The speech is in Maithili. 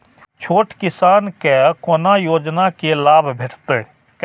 छोट किसान के कोना योजना के लाभ भेटते?